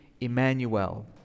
emmanuel